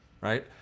right